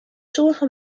sommige